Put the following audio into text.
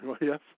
yes